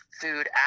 food